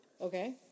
Okay